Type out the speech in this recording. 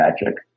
magic